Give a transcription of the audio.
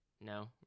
no